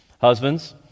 Husbands